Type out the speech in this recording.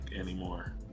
anymore